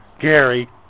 Gary